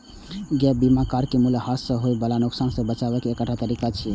gap बीमा car के मूल्यह्रास सं होय बला नुकसान सं बचाबै के एकटा तरीका छियै